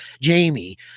Jamie